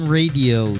radio